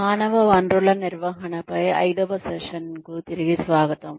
మానవ వనరుల నిర్వహణపై ఐదవ సెషన్ కు తిరిగి స్వాగతం